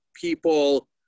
people